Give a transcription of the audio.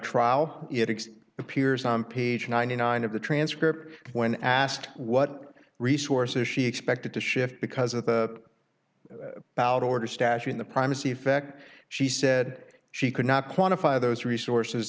trial it appears on page ninety nine of the transcript when asked what resources she expected to shift because of the bowed order statue in the primacy effect she said she could not quantify those resources